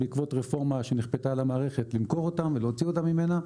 בעקבות רפורמה שנכפתה על המערכת למכור אותם ולהוציא אותם ממנה,